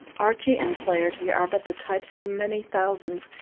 archie and flaherty are but the types of many thousands,